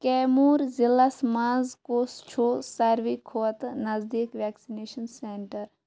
کیموٗر ضِلعس مَنٛز کُس چھُ سارِوٕے کھۅتہٕ نٔزدیٖک ویکسِنیٚشن سینٛٹر